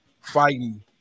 fighting